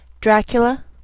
Dracula